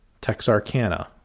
Texarkana